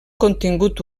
contingut